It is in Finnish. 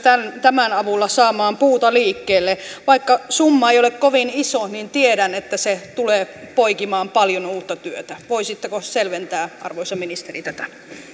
tämän avulla saamaan puuta liikkeelle vaikka summa ei ole kovin iso niin tiedän että se tulee poikimaan paljon uutta työtä voisitteko selventää arvoisa ministeri tätä